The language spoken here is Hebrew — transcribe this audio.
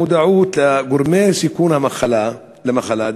המודעות לגורמי הסיכון למחלה,